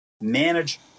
manage